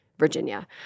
Virginia